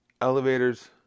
elevator's